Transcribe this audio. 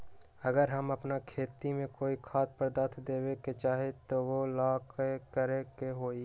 अगर हम अपना खेती में कोइ खाद्य पदार्थ देबे के चाही त वो ला का करे के होई?